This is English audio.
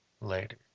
later